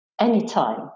anytime